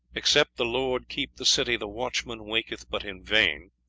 except the lord keep the city, the watchman waketh but in vain,